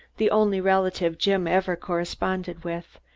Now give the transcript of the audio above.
the only relative jim ever corresponded with,